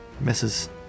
Misses